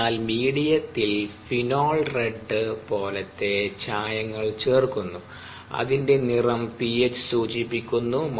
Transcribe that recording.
അതിനാൽ മീഡിയത്തിൽ ഫീനോൾ റെഡ്പോലത്തെ ചായങ്ങൾ ചേർക്കുന്നു അതിന്റെ നിറം പിഎച്ച് സൂചിപ്പിക്കുന്നു